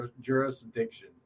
jurisdiction